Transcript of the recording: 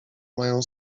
mają